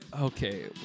okay